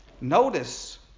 Notice